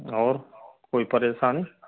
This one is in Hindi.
और कोई परेशानी